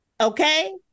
Okay